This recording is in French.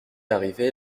arrivée